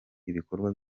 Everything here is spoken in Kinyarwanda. ibikorwa